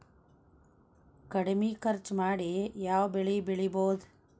ಕಡಮಿ ಖರ್ಚ ಮಾಡಿ ಯಾವ್ ಬೆಳಿ ಬೆಳಿಬೋದ್?